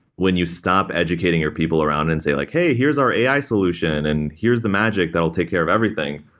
when you stop educating your people around and say like, hey, here's our ai solution and here's the magic that will take care of everything.